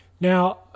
Now